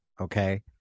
okay